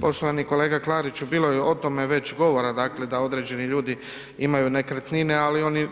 Poštovani kolega Klariću bilo je o tome već govora, dakle da određeni ljudi imaju nekretnine ali oni